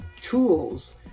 tools